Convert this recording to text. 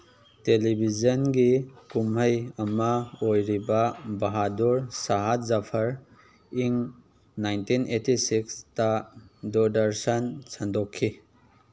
ꯇꯦꯂꯤꯚꯤꯖꯟꯒꯤ ꯀꯨꯝꯍꯩ ꯑꯃ ꯑꯣꯏꯔꯤꯕ ꯕꯍꯥꯗꯨꯔ ꯁꯍꯥ ꯖꯐꯔ ꯏꯪ ꯅꯥꯏꯟꯇꯤꯟ ꯑꯩꯠꯇꯤ ꯁꯤꯛꯁꯇ ꯗꯨꯔꯗꯁꯟ ꯁꯟꯗꯣꯛꯈꯤ